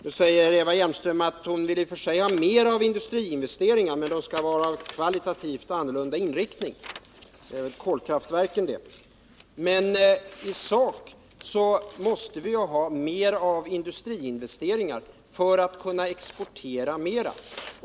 Nu säger Eva Hjelmström att hon vill i och för sig ha mer av industriinvesteringar men att dessa skall vara av kvalitativt annorlunda inriktning. Är det kolkraftverken det? Men i sak måste vi ha mera av industriinvesteringar för att kunna exportera mera.